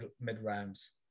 mid-rounds